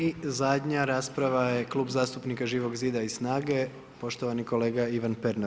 I zadnja rasprava je Klub zastupnika Živog zida i SNAG-e, poštovani kolega Ivan Pernar.